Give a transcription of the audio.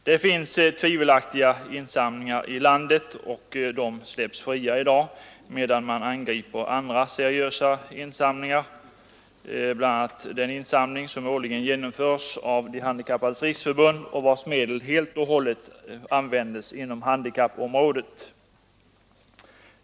Det finns tvivelaktiga insamlingar i landet, och de släpps fria i dag, medan seriösa insamlingar angrips, bl.a. den insamling som årligen genomförs av De handikappades riksförbund och vars medel helt och hållet används inom handikappområdet.